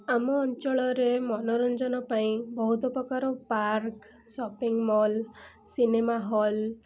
ଆମ ଅଞ୍ଚଳରେ ମନୋରଞ୍ଜନ ପାଇଁ ବହୁତପ୍ରକାର park shopping mall cinema hall